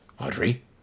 Audrey